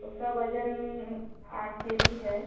उसका वज़न आठ केजी है